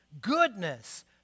goodness